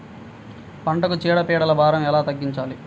పంటలకు చీడ పీడల భారం ఎలా తగ్గించాలి?